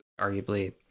arguably